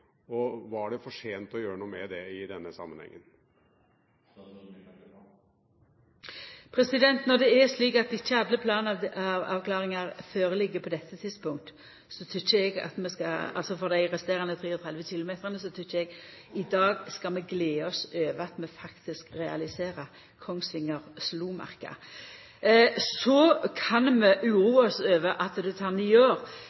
det var naturlig? Og er det for sent å gjøre noe med det i denne sammenhengen? Når det er slik at ikkje alle planavklaringar føreligg på dette tidspunktet for dei resterande 33 km, tykkjer eg at vi i dag skal gleda oss over at vi faktisk realiserer Kongsvinger–Slomarka. Så kan vi